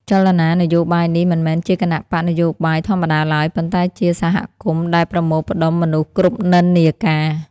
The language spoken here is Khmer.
ចលនានយោបាយនេះមិនមែនជាគណបក្សនយោបាយធម្មតាឡើយ ប៉ុន្តែជា "សហគមន៍" ដែលប្រមូលផ្តុំមនុស្សគ្រប់និន្នាការ។